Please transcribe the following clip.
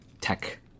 tech